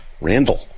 Randall